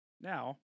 Now